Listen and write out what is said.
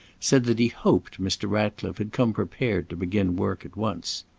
said that he hoped mr. ratcliffe had come prepared to begin work at once.